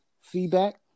feedback